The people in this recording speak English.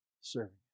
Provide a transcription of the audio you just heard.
serving